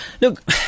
Look